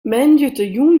moandeitejûn